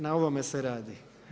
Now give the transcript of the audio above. Na ovome se radi.